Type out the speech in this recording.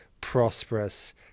prosperous